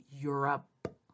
Europe